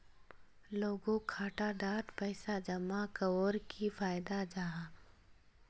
लोगोक खाता डात पैसा जमा कवर की फायदा जाहा?